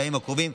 בימים הקרובים.